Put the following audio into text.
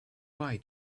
bye